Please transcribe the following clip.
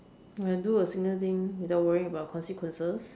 I can do a single thing without worrying about consequences